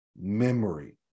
memory